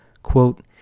Quote